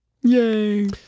Yay